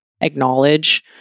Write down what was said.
acknowledge